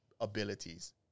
abilities